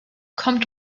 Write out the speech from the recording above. kommt